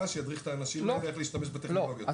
שידריך את האנשים האלה איך להשתמש בטכנולוגיה.